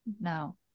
No